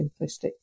simplistic